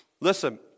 Listen